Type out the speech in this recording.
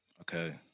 Okay